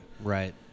Right